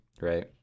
right